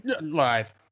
live